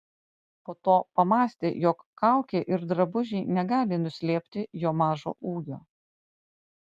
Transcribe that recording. po to pamąstė jog kaukė ir drabužiai negali nuslėpti jo mažo ūgio